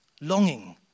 longing